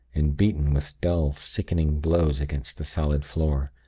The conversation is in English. and beaten with dull, sickening blows against the solid floor.